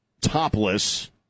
topless